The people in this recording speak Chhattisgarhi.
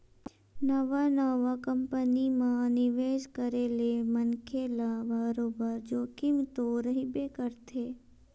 नवा नवा कंपनी म निवेस करे ले मनखे ल बरोबर जोखिम तो रहिबे करथे